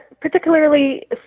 particularly